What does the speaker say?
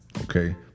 Okay